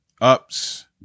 ups